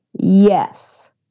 Yes